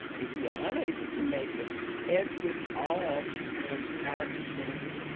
if you are unable to make it as with all of our events,